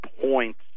points